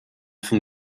von